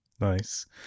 Nice